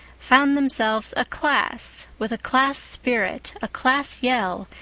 found themselves a class, with a class spirit, a class yell,